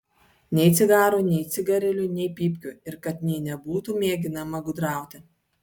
nei cigarų nei cigarilių nei pypkių ir kad nė nebūtų mėginama gudrauti